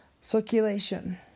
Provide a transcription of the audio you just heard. circulation